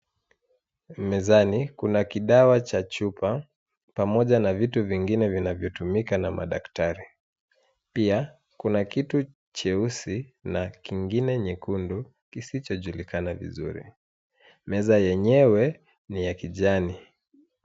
Mezani kuna kidawa cha chupa, pamoja na vitu vingine vinavyotumika na madaktari. Pia kuna kitu cheusi na kingine nyekundu kisichojulikana vizuri. Meza yenyewe ni ya kijani.